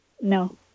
No